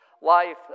life